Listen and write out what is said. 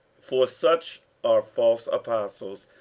for such are false apostles,